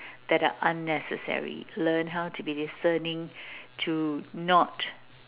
that are unnecessary learn how to be discerning to not